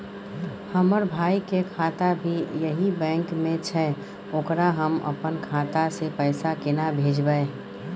हमर भाई के खाता भी यही बैंक में छै ओकरा हम अपन खाता से पैसा केना भेजबै?